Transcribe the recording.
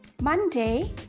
Monday